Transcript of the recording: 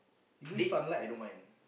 give me sunlight I don't mind